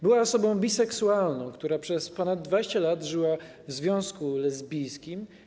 Była osobą biseksualną, która przez ponad 20 lat żyła w związku lesbijskim.